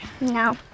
no